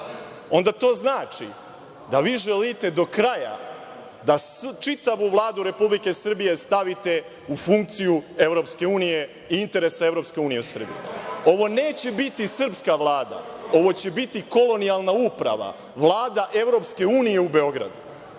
onda to znači da vi želite do kraja da čitavu Vladu Republike Srbije stavite u funkciju Evropske unije i interesa Evropske unije u Srbiji. Ovo neće biti srpska Vlada, ovo će biti kolonijalna uprava, Vlada Evropske unije u Beogradu.